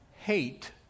hate